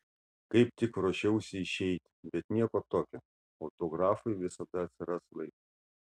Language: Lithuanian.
kaip tik ruošiausi išeiti bet nieko tokio autografui visada atsiras laiko